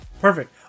Perfect